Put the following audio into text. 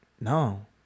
no